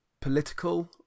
political